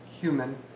human